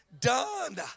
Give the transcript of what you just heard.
done